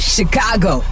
Chicago